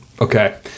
Okay